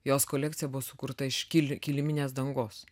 jos kolekcija buvo sukurta iš kili kiliminės dangos